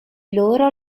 loro